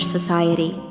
Society